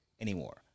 anymore